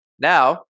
Now